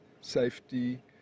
safety